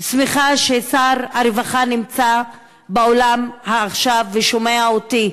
שמחה ששר הרווחה נמצא באולם עכשיו ושומע אותי.